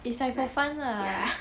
ya